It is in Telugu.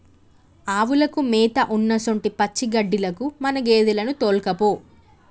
ఆవులకు మేత ఉన్నసొంటి పచ్చిగడ్డిలకు మన గేదెలను తోల్కపో